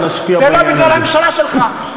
זה לא בגלל הממשלה שלך.